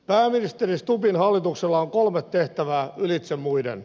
pääministeri stubbin hallituksella on kolme tehtävää ylitse muiden